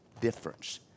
difference